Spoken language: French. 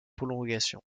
prolongation